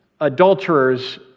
adulterers